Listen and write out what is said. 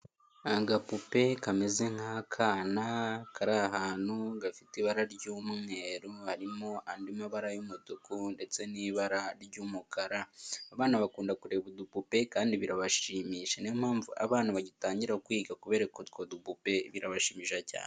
Agapupe kameze nk'akana kari ahantu gafite ibara ry'umweru harimo andi mabara y'umutuku ndetse n'ibara ry'umukara, abana bakunda kureba udupupe kandi birabashimisha, niyo mpamvu abana bagitangira kwiga kubereka utwo dupupe birabashimishije cyane.